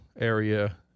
area